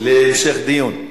להמשך דיון.